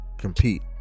compete